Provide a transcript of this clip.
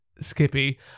Skippy